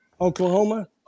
Oklahoma